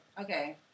Okay